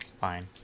fine